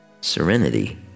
serenity